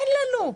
אין לנו.